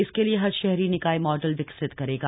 इसके लिए हर शहरी निकाय मॉडल विकसित करेगा